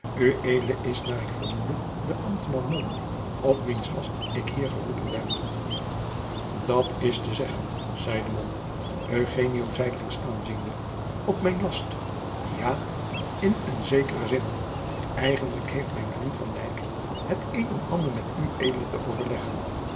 is naar ik vermoede de ambtman mom op wiens last ik hier geroepen ben dat is te zeggen zeide mom eugenio zijdelings aanziende op mijn last ja in een zekeren zin eigenlijk heeft mijn vriend van dyk het een en ander met ued te overleggen